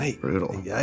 Brutal